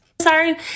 Sorry